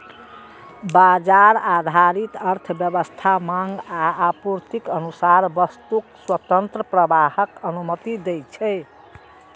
बाजार आधारित अर्थव्यवस्था मांग आ आपूर्तिक अनुसार वस्तुक स्वतंत्र प्रवाहक अनुमति दै छै